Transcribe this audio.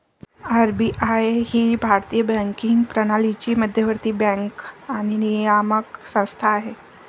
RBI ही भारतीय banking प्रणालीची मध्यवर्ती बँक आणि नियामक संस्था आहे